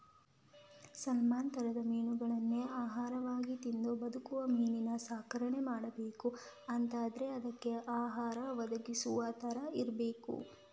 salmon ತರದ ಮೀನುಗಳನ್ನೇ ಆಹಾರವಾಗಿ ತಿಂದು ಬದುಕುವ ಮೀನಿನ ಸಾಕಣೆ ಮಾಡ್ಬೇಕು ಅಂತಾದ್ರೆ ಅದ್ಕೆ ಆಹಾರ ಒದಗಿಸುವ ತರ ಇರ್ಬೇಕು